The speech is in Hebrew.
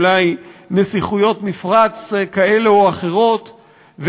אולי נסיכויות מפרץ כאלה או אחרות,